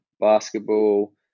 basketball